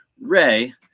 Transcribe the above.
Ray